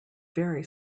very